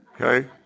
Okay